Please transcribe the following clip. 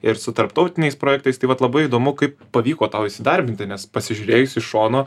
ir su tarptautiniais projektais taip vat labai įdomu kaip pavyko tau įsidarbinti nes pasižiūrėjus iš šono